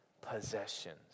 possessions